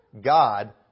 God